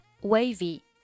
wavy